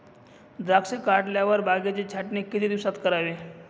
द्राक्षे काढल्यावर बागेची छाटणी किती दिवसात करावी?